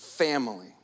family